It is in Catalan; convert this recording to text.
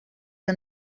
que